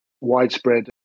widespread